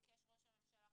ביקש ראש הממשלה 50%,